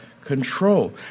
control